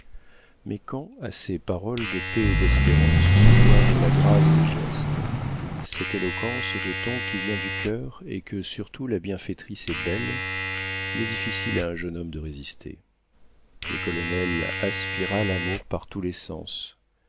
mais quand à ces paroles de paix et d'espérance se joignent la grâce des gestes cette éloquence de ton qui vient du coeur et que surtout la bienfaitrice est belle il est difficile à un jeune homme de résister le colonel aspira l'amour par tous les sens